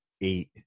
eight